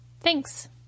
Thanks